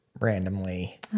randomly